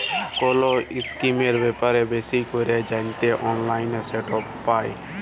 call ইসকিমের ব্যাপারে বেশি ক্যরে জ্যানতে অললাইলে সেট পায়